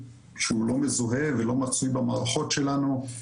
שהוא לא מזוהה ולא מצוי במערכות שלנו,